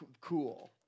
cool